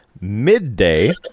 midday